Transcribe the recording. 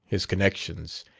his connections,